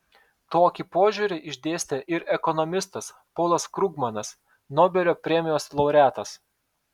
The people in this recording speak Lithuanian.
tokį požiūrį išdėstė ir ekonomistas polas krugmanas nobelio premijos laureatas